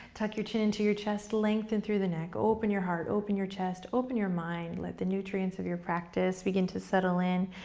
tuck your chin into you chest, lengthen through the neck, open your heart, open your chest, open your mind. let the nutrients of your practice begin to settle in.